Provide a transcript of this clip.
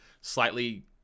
slightly